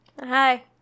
Hi